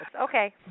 Okay